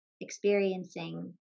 experiencing